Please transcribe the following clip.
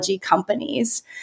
companies